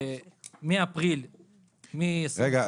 שמאפריל --- רגע,